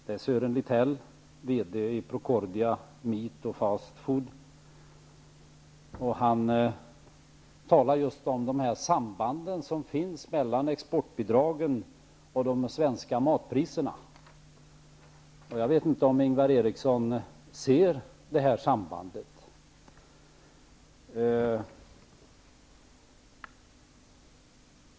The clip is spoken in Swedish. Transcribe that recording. Det är Sören Lithell, VD i Procordia Meat & Fast Food, som talar om sambandet som finns mellan exportbidragen och de svenska matpriserna. Jag vet inte om Ingvar Eriksson ser det här sambandet.